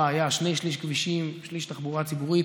היה שני שלישים כבישים ושליש תחבורה ציבורית,